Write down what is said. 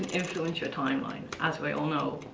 influence your timeline, as we all know.